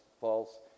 false